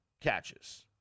catches